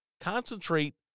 Concentrate